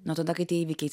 nuo tada kai tie įvykiai